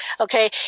Okay